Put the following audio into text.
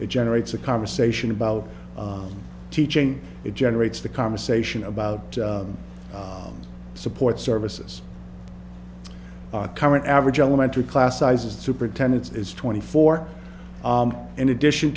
it generates a conversation about teaching it generates the conversation about support services current average elementary class sizes superintendents is twenty four in addition